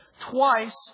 Twice